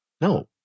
No